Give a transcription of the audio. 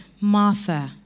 Martha